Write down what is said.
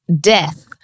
death